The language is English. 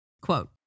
Quote